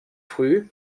früh